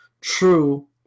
true